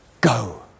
go